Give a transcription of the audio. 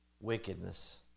wickedness